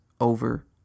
Over